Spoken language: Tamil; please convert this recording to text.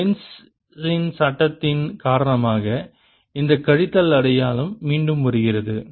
லென்ஸின் Lenz's சட்டத்தின் காரணமாக இந்த கழித்தல் அடையாளம் மீண்டும் வருகிறது